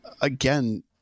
again